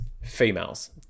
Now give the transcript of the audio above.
females